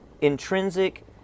intrinsic